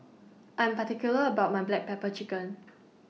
I'm particular about My Black Pepper Chicken